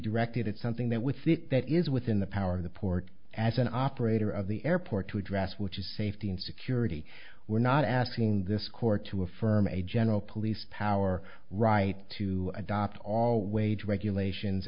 directed at something that with it that is within the power of the port as an operator of the airport to address which is safety and security we're not asking this court to affirm a general police power right to adopt all wage regulations